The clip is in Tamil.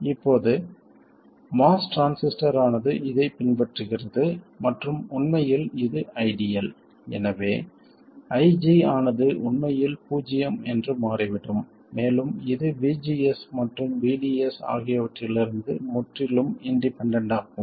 இப்போது MOS டிரான்சிஸ்டர் ஆனது இதைப் பின்பற்றுகிறது மற்றும் உண்மையில் இது ஐடியல் எனவே IG ஆனது உண்மையில் பூஜ்ஜியம் என்று மாறிவிடும் மேலும் இது VGS மற்றும் VDS ஆகியவற்றிலிருந்து முற்றிலும் இண்டிபெண்டண்ட் ஆகும்